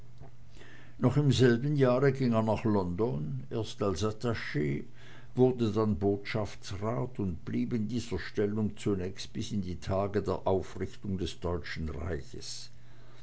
noch im selben jahre ging er nach london erst als attach wurde dann botschaftsrat und blieb in dieser stellung zunächst bis in die tage der aufrichtung des deutschen reichs